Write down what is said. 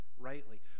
rightly